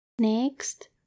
Next